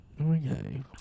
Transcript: okay